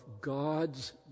God's